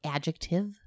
Adjective